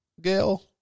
Gail